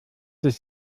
ist